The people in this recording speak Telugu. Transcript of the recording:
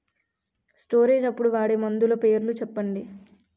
స్టోరేజ్ అప్పుడు వాడే మందులు పేర్లు చెప్పండీ?